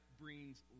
brings